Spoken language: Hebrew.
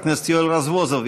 חבר הכנסת יואל רזבוזוב,